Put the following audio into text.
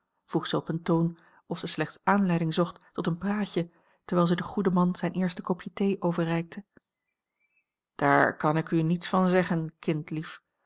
zij op een toon of zij slechts aanleiding zocht tot een praatje terwijl zij den goeden man zijn eerste kopje thee overreikte daar kan ik u niets van zeggen